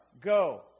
Go